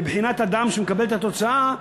מבחינת האדם שמקבל את התוצאה,